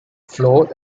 flow